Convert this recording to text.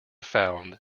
found